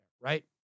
right